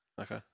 Okay